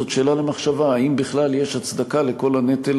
זאת שאלה למחשבה: האם בכלל יש הצדקה לכל הנטל